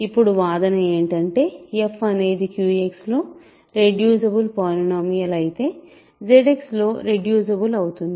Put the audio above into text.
ఇప్పుడు వాదన ఏంటంటే f అనేది QX లో రెడ్యూసిబుల్ పాలినోమియల్ అయితే ZX లో రెడ్యూసిబుల్ అవుతుంది